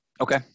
Okay